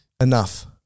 enough